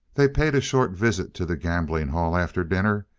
they paid a short visit to the gambling hall after dinner,